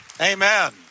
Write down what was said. Amen